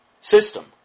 system